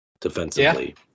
defensively